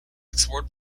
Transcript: explored